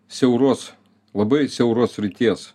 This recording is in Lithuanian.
siauros labai siauros srities